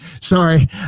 sorry